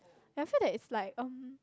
I felt that it's like um